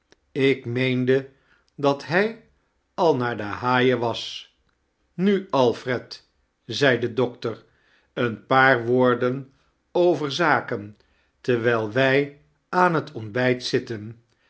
ik meend dat hrj al naar de haaien was nu alfred zei de doctor een paar woorden over zaken terwijl wij aan het ontbijt zitten